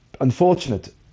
unfortunate